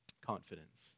confidence